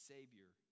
Savior